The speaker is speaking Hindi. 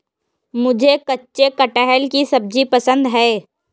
मुझे कच्चे कटहल की सब्जी पसंद है